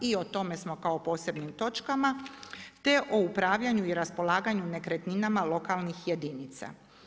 I o tome smo kao posebnim točkama, te o upravljanju i raspolaganju nekretninama lokalnih jedinica.